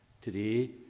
Today